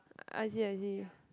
I see I see